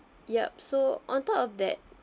yup so on top of that